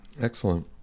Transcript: Excellent